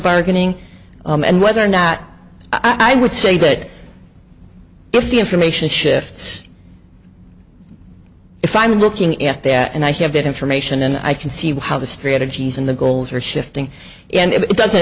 bargaining and whether or not i would say that if the information shifts if i'm looking at that and i have that information and i can see how the strategies and the goals are shifting and it